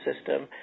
system